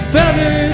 better